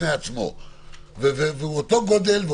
אותו גודל.